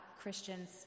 Christians